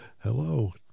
Hello